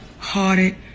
hearted